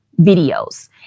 videos